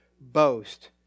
boast